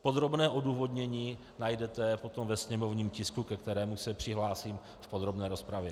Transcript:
Podrobné odůvodnění potom najdete ve sněmovním tisku, ke kterému se přihlásím v podrobné rozpravě.